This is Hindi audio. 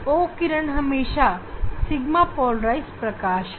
E किरण पाई पोलराइज प्रकाश है